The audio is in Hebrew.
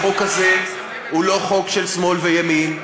החוק הזה הוא לא חוק של שמאל וימין,